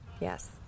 Yes